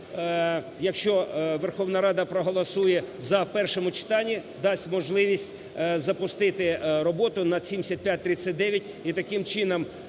якщо Верховна Рада проголосує "за" в першому читанні, дасть можливість запустити роботу над 7539,